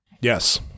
Yes